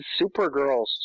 Supergirls